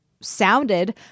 sounded